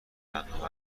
تنها